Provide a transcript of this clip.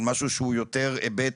משהו שהוא יותר היבט,